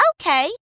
Okay